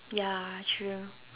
ya true